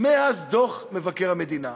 מאז דוח מבקר המדינה?